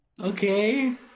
Okay